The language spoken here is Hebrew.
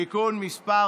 תיקון מס'